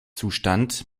zustand